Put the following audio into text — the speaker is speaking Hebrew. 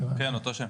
כן, אותו שם.